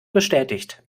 bestätigt